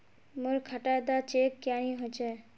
मोर खाता डा चेक क्यानी होचए?